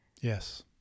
Yes